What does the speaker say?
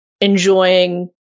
enjoying